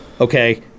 okay